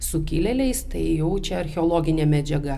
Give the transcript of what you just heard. sukilėliais tai jau čia archeologinė medžiaga